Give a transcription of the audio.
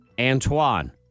Antoine